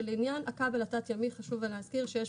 לעניין הכבל התת הימי חשוב להזכיר שיש